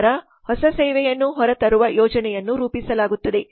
ನಂತರ ಹೊಸ ಸೇವೆಯನ್ನು ಹೊರತರುವ ಯೋಜನೆಯನ್ನು ರೂಪಿಸಲಾಗುತ್ತದೆ